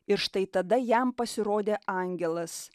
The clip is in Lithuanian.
ir štai tada jam pasirodė angelas